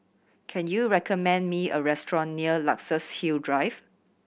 can you recommend me a restaurant near Luxus Hill Drive